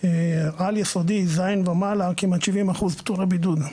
בכיתות על יסודי, ז' ומעלה, כמעט 70% פטורי בידוד.